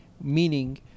meaning